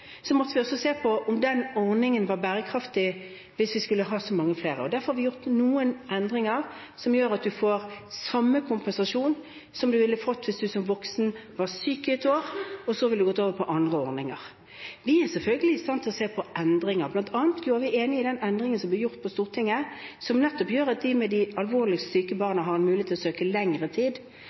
måtte vi se på om denne ordningen var bærekraftig hvis vi skulle ha så mange flere. Derfor har vi gjort noen endringer som gjør at man får samme kompensasjon som man ville fått hvis man som voksen var syk i et år, og så ville man gått over på andre ordninger. Vi er selvfølgelig i stand til å se på endringer. Blant annet var vi enig i den endringen som ble gjort på Stortinget, som nettopp gjør at de med de alvorligst syke barna har en mulighet til å søke om lengre tid